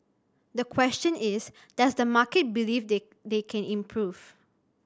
the question is does the market believe they they can improve